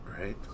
Right